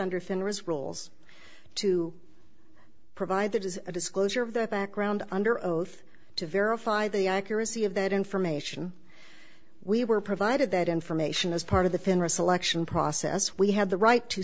under thin wrist rules to provide that as a disclosure of their background under oath to verify the accuracy of that information we were provided that information as part of the finra selection process we have the right to